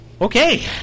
Okay